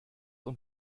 und